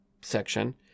section